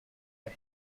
but